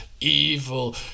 evil